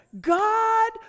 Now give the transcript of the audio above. God